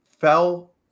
fell